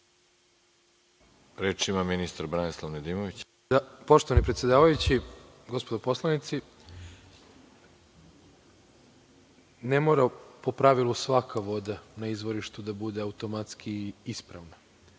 Izvolite. **Branislav Nedimović** Poštovani predsedavajući, gospodo poslanici, ne mora po pravilu svaka voda na izvorištu da bude automatski ispravna.